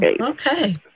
okay